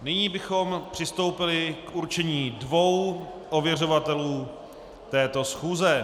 Nyní bychom přistoupili k určení dvou ověřovatelů této schůze.